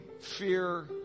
fear